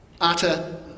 utter